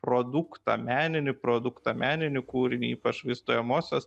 produktą meninį produktą meninį kūrinį ypač vaizduojamosios